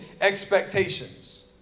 expectations